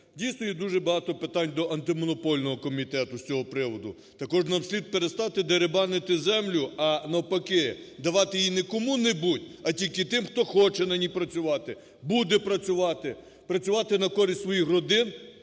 Дійсно, є дуже багато питань до антимонопольного комітету з цього приводу, також нам слід перестати дерибанити землю, а навпаки давати її не кому-небудь, а тільки тим, хто хоче на ній працювати, буде працювати, працювати на користь своїх родин,